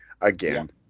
again